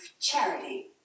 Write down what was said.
charity